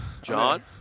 John